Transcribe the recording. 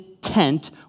tent